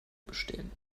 bestehen